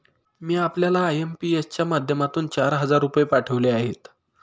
मी आपल्याला आय.एम.पी.एस च्या माध्यमातून चार हजार रुपये पाठवले आहेत